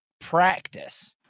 practice